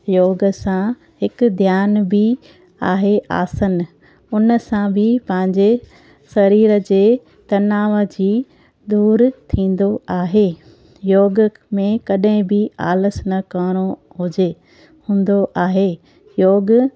योग सां हिक ध्यान बि आहे आसन उन सां बि पंहिंजे शरीर जे तनाव जी दूरि थींदो आहे योग में कॾहिं बि आलसु न करिणो हुजे हूंदो आहे योग